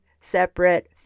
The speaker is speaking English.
separate